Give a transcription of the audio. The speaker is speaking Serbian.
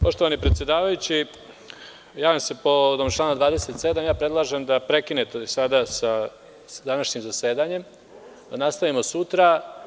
Poštovani predsedavajući, javljam se povodom člana 27. i predlažem da prekinete sa današnjim zasedanjem, da nastavimo sutra.